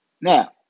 Now